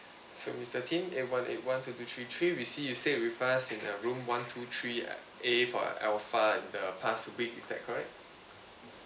so mister tim eight one eight one two two three three we see you stay with us in a room one two three A for alpha in the past a week is that correct